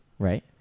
right